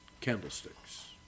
candlesticks